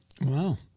Wow